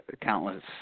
countless